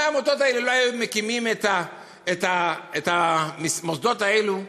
אם העמותות האלה לא היו מקימות את המוסדות האלה,